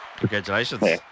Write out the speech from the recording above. Congratulations